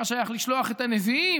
מה שייך לשלוח את הנביאים?